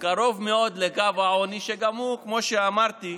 קרוב מאוד לקו העוני, שגם הוא, כמו שאמרתי,